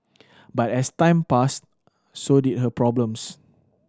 but as time passed so did her problems